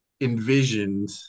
envisioned